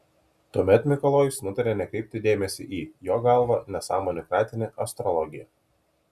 tuomet mikalojus nutarė nekreipti dėmesio į jo galva nesąmonių kratinį astrologiją